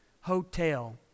hotel